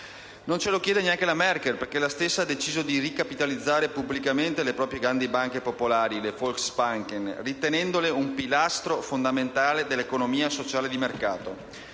Non ce lo chiede neanche la Merkel, perché la stessa ha deciso di ricapitalizzare pubblicamente le proprie grandi banche popolari, le *Volksbank*, ritenendole un pilastro fondamentale dell'economia sociale di mercato.